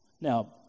Now